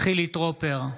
חילי טרופר,